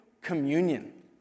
communion